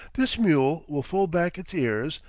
this mule will fold back its ears,